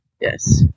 Yes